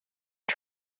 are